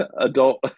adult